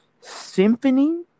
Symphony